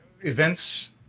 events